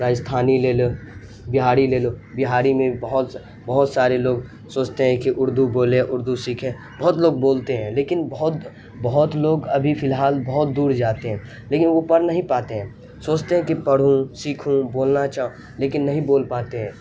راجستھانی لے لو بہاری لے لو بہاری میں بھی بہت بہت سارے لوگ سوچتے ہیں کہ اردو بولیں اردو سیکھیں بہت لوگ بولتے ہیں لیکن بہت بہت لوگ ابھی فی الحال بہت دور جاتے ہیں لیکن وہ پڑھ نہیں پاتے ہیں سوچتے ہیں کہ پڑھوں سیکھوں بولنا چاہ لیکن نہیں بول پاتے ہیں